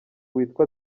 witwa